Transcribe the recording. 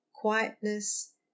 quietness